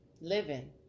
living